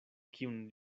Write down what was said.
kiun